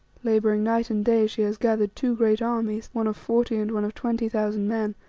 labouring night and day, she has gathered two great armies, one of forty, and one of twenty thousand men,